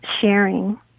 sharing